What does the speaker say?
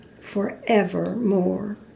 forevermore